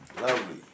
Lovely